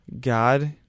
God